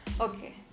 okay